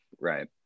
Right